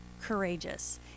courageous